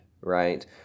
right